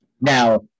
Now